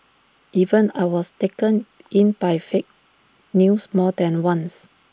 even I was taken in by fake news more than once